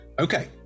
Okay